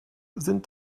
sind